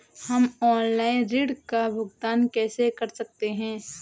हम ऑनलाइन ऋण का भुगतान कैसे कर सकते हैं?